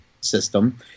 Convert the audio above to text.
system